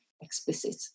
explicit